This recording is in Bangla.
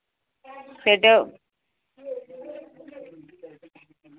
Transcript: ফেটেও